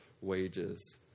wages